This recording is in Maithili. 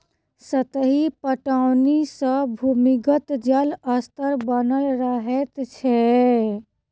सतही पटौनी सॅ भूमिगत जल स्तर बनल रहैत छै